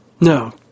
No